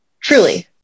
truly